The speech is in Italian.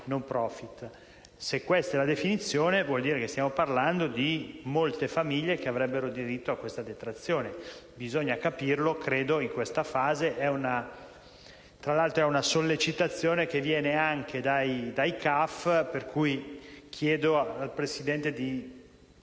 *non profit*. Se questa è la definizione, stiamo parlando di molte famiglie che avrebbero diritto a questa detrazione. Bisogna capirlo in questa fase. Tra l'altro, è una sollecitazione che viene anche dai centri di assistenza